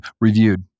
reviewed